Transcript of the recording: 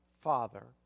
Father